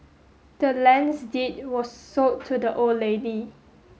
the land's deed was sold to the old lady